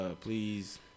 Please